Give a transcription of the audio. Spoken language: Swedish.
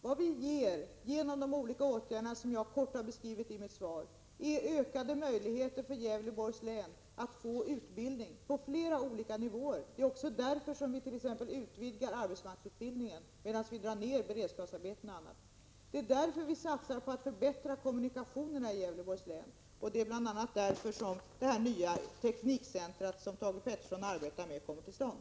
Vad vi ger genom de olika åtgärder som jag har beskrivit i svaret är ökade möjligheter för Gävleborgs län att få utbildning på flera olika nivåer. Vi utvidgar arbetsmarknadsutbildningen och drar ner på beredskapsarbetena. Vi satsar också på att förbättra kommunikationerna i Gävleborgs län — därför detta nya teknikcentrum, som Thage Peterson arbetar för att få till stånd.